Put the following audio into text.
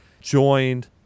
joined